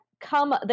come